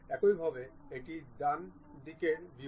একইভাবে এটি ডান দিকের ভিউ